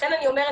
לכן אני אומרת,